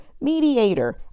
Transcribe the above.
mediator